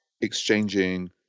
exchanging